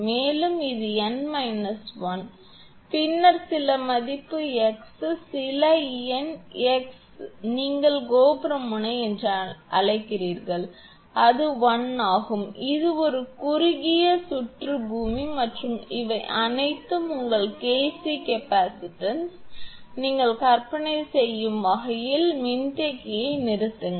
மேலும் இது 𝑛 1 பின்னர் சில மதிப்பு x சில எண் x அங்கு நீங்கள் கோபுர முனை என்று அழைக்கிறீர்கள் அது 1 ஆகும் இது ஒரு குறுகிய சுற்று பூமி மற்றும் இவை அனைத்தும் உங்கள் KC கெப்பாசிட்டன்ஸ் நீங்கள் கற்பனை செய்யும் வகையில் மின்தேக்கியை நிறுத்துங்கள்